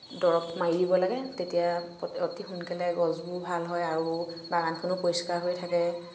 দৰৱ মাৰি দিব লাগে তেতিয়া অতি সোনকালে গছবোৰ ভাল হয় আৰু বাগানখনো পৰিষ্কাৰ হৈ থাকে